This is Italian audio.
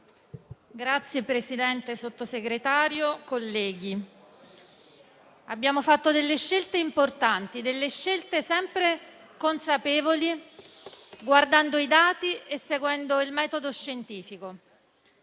Signor Presidente, signor Sottosegretario, colleghi, abbiamo fatto delle scelte importanti, sempre consapevoli, guardando i dati e seguendo il metodo scientifico.